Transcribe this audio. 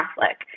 Catholic